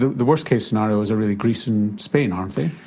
the the worst-case scenarios are really greece and spain, aren't they?